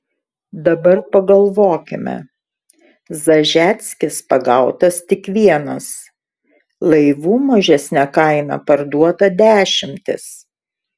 dabar pagalvokime zažeckis pagautas tik vienas laivų mažesne kaina parduota dešimtys